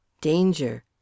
Danger